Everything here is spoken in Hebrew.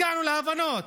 הגענו להבנות